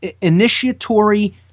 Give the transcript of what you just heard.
initiatory